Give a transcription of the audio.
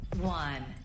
one